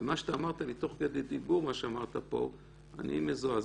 מה שאתה אמרת לי תוך כדי דיבור אני מזועזע,